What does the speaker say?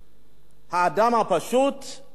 האדם הפשוט, בקצה,